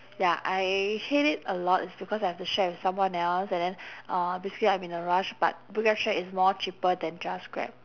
ya I hate it a lot is because I have to share with someone else and then uh basically I'm in a rush but grab share is more cheaper than just grab